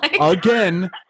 Again